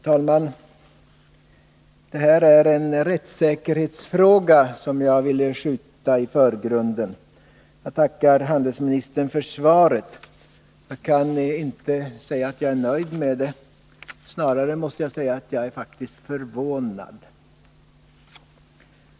Herr talman! Det här är en rättssäkerhetsfråga som jag ville skjuta i förgrunden. Jag tackar handelsministern för svaret, men jag kan inte säga att jag är nöjd med det. Snarare måste jag säga att jag faktiskt är förvånad.